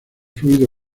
fluido